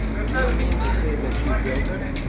do you mean to say that you built it?